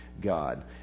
god